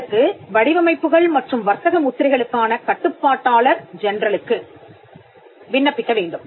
இதற்குவடிவமைப்புகள் மற்றும் வர்த்தக முத்திரைகளுக்கான கட்டுப்பாட்டாளர் ஜெனரலுக்கு விண்ணப்பிக்க வேண்டும்